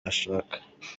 ashaka